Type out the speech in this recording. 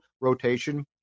rotation